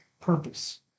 purpose